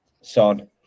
son